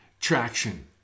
traction